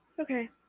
Okay